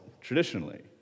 traditionally